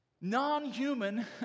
non-human